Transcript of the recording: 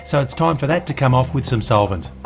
so its time for that to come off with some solvent